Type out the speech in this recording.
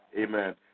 amen